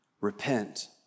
Repent